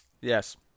Yes